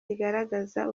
zigaragaza